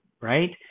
right